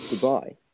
Goodbye